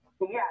Yes